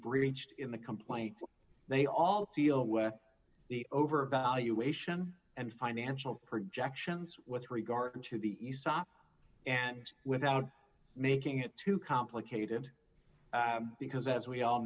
breached in the complaint they all deal with the over valuation and financial projections with regard to the aesop and without making it too complicated because as we all